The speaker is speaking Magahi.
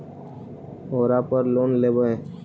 ओरापर लोन लेवै?